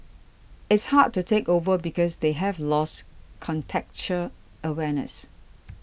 it's hard to take over because they have lost contextual awareness